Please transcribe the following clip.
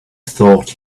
thought